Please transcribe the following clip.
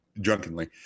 drunkenly